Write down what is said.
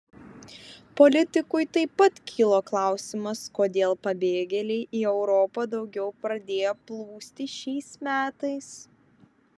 politikui taip pat kilo klausimas kodėl pabėgėliai į europą daugiau pradėjo plūsti šiais metais